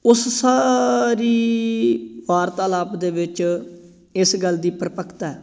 ਉਸ ਸਾਰੀ ਵਾਰਤਾਲਾਪ ਦੇ ਵਿੱਚ ਇਸ ਗੱਲ ਦੀ ਪਰਪਕਤਾ ਹੈ